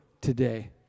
today